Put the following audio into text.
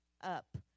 up